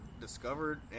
discovered